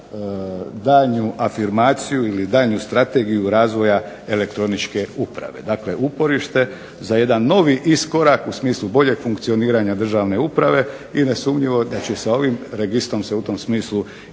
daljnju afirmaciju ili daljnju Strategiju razvoja elektroničke uprave. Dakle, uporište za jedan novi iskorak u smislu boljeg funkcioniranja državne uprave i nesumnjivo da će se ovim registrom u tom smisli ispuniti